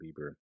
Bieber